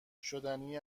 شدنی